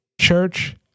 church